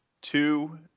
two